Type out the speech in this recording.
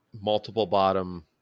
multiple-bottom